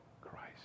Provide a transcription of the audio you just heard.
Christ